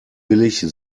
billig